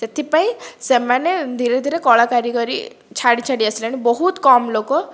ସେଥିପାଇଁ ସେମାନେ ଧୀରେ ଧୀରେ କଳା କାରିଗରୀ ଛାଡ଼ି ଛାଡ଼ି ଆସିଲାଣି ବହୁତ୍ କମ୍ ଲୋକ